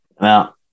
Now